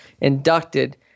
inducted